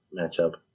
matchup